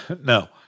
No